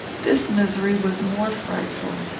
this misery was more frightful,